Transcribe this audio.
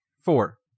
Four